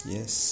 Yes